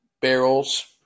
barrels